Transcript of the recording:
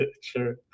sure